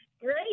Great